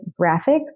graphics